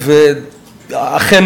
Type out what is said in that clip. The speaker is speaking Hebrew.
ואכן,